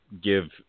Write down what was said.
give